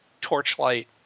Torchlight